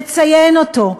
לציין אותו,